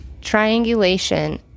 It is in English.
Triangulation